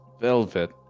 velvet